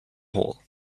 hall